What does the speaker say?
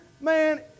Man